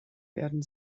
werden